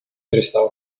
перестал